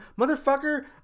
Motherfucker